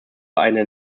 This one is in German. eine